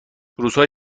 روزهای